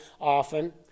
often